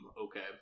okay